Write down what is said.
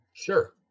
Sure